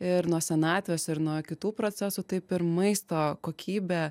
ir nuo senatvės ir nuo kitų procesų taip ir maisto kokybė